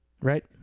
Right